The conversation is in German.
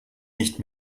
nicht